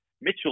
Mitchell